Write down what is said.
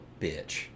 bitch